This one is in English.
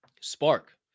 spark